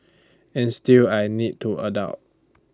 and still I need to adult